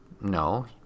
No